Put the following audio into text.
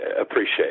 appreciate